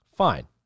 Fine